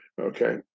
Okay